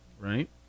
Right